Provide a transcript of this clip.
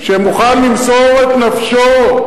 שמוכן למסור את נפשו,